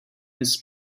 his